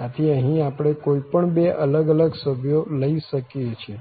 આથી અહીં આપણે કોઈ પણ બે અલગ અલગ સભ્યો લઇ શકીએ છીએ